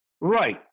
right